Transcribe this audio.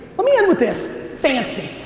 let me end with this. fancy,